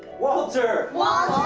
walter! walter!